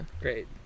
great